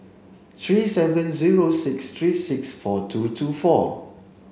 three seven zero six three six four two two four